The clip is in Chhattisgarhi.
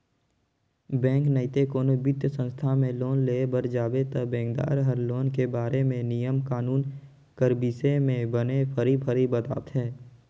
बेंक नइते कोनो बित्तीय संस्था में लोन लेय बर जाबे ता बेंकदार हर लोन के बारे म नियम कानून कर बिसे में बने फरी फरी बताथे